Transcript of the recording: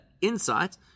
insight